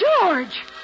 George